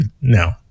no